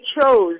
chose